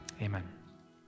Amen